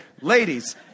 Ladies